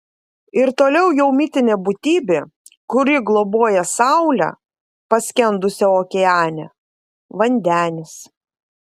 ir toliau jau mitinė būtybė kuri globoja saulę paskendusią okeane vandenis